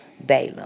Balaam